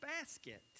basket